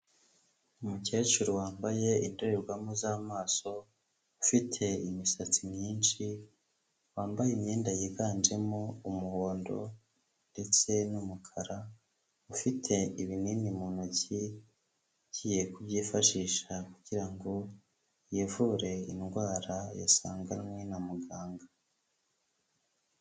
Umukecuru wambaye indorerwamo z'amaso, ufite imisatsi myinshi, wambaye imyenda yiganjemo umuhondo ndetse n'umukara, ufite ibinini mu ntoki, agiye kubyifashisha kugira ngo yivure indwara yasanganywe na muganga.